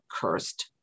cursed